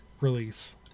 release